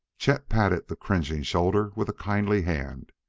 chet patted the cringing shoulder with a kindly hand.